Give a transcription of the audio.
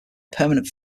permanent